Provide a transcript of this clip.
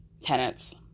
tenants